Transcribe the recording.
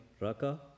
Raka